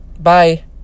Bye